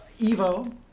Evo